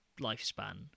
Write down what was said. lifespan